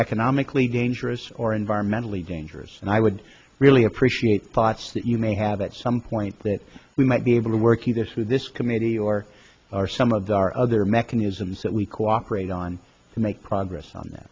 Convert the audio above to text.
economically dangerous or environmentally dangerous and i would really appreciate thoughts that you may have at some point that we might be able to work either through this committee or are some of our other mechanisms that we cooperate on to make progress on th